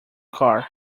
car